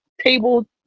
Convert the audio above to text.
table